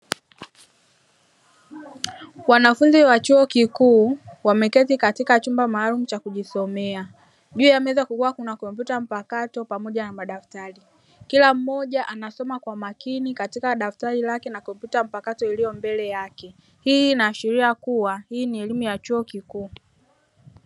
Wanafunzi wa chuo kikuu wameketi katika chumba maalumu cha kujisomea juu ya meza kukiwa na kompyuta mpakato pamoja na madaftari kila mmoja anasoma kwa makini katika daftari lake na kompyuta mpakato iliyopo mbele yake. Hii inaashiria kuwa hii ni elimu ya chuo kikuu.